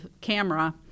camera